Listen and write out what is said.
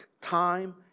time